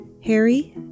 Harry